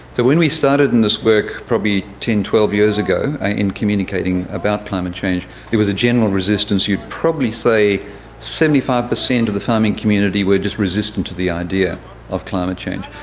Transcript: so when we started in this work probably ten, twelve years ago in communicating about climate change there was a general resistance, you'd probably say seventy five percent of the farming community were just resistant to the idea of climate change,